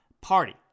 party